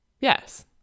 Yes